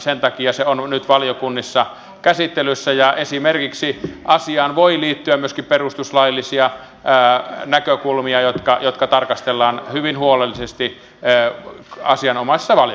sen takia se on nyt valiokunnissa käsittelyssä ja esimerkiksi asiaan voi liittyä myöskin perustuslaillisia näkökulmia jotka tarkastellaan hyvin huolellisesti asianomaisessa valiokunnassa totta kai